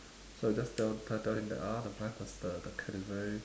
so you just tell tell him ah the blind person the the cat is very